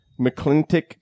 McClintic